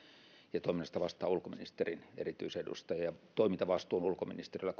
ja toiminnasta vastaa ulkoministerin erityisedustaja toimintavastuu koordinointivastuu on ulkoministeriöllä